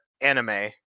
Anime